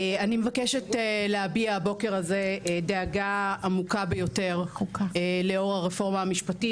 אני מבקשת להביע הבוקר הזה דאגה עמותה ביותר לאור הרפורמה המשפטית,